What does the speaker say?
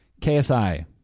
ksi